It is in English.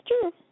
true